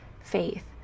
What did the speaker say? faith